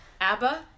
ABBA